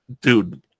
dude